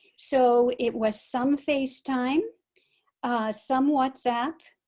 so it was some facetime, some whatsapp,